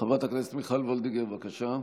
חברת הכנסת מיכל וולדיגר, בבקשה.